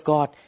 God